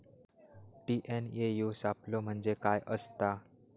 TNAU सापलो म्हणजे काय असतां?